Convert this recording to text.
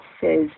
says